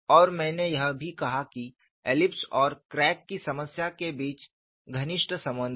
और मैंने यह भी कहा कि एलिप्स और क्रैक की समस्या के बीच घनिष्ठ संबंध है